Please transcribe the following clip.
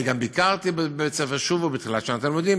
אני גם ביקרתי בבית-ספר "שובו" בתחילת שנת הלימודים,